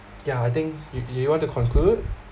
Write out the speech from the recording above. yeah I think you you you want to conclude